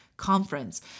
conference